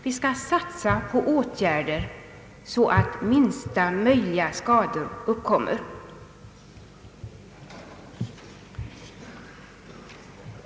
Vi skall satsa på åtgärder så att minsta möjliga skador uppkommer.